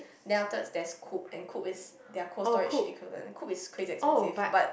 then afterwards there's Coop and Coop is their Cold-Storage equivalent Coop is crazy expensive but